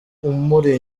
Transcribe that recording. umuri